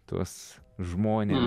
tuos žmones